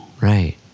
Right